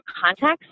context